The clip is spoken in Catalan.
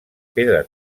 pedra